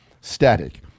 Static